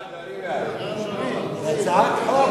זו הצעת חוק,